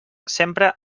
sempre